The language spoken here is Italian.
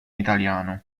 italiano